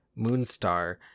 Moonstar